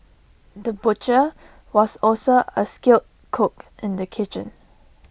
the butcher was also A skilled cook in the kitchen